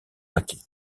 paquets